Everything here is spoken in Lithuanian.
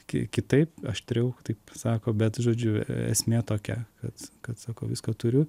kiek kitaip aštriau taip sako bet žodžiu esmė tokia kad kad sakau viską turiu